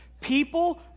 People